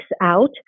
out